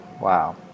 Wow